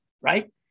right